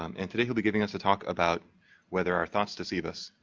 um and today, he'll be giving us a talk about whether our thoughts deceive us,